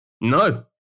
No